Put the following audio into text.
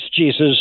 Jesus